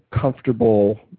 comfortable